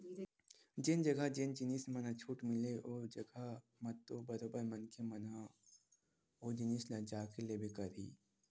जेन जघा जेन जिनिस मन ह छूट मिलही ओ जघा म तो बरोबर मनखे मन ह ओ जिनिस ल जाके लेबे करही